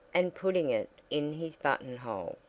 and putting it in his buttonhole.